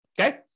okay